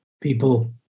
people